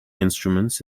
instruments